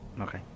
Okay